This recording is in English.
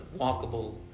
walkable